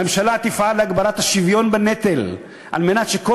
"הממשלה תפעל להגברת השוויון בנטל על מנת שכל